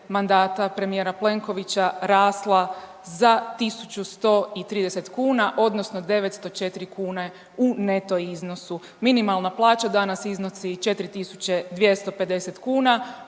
premijera Plenkovića rasla za 1.130 kuna odnosno 904 kune u neto iznosu. Minimalna plaća danas iznosi 4.250 kuna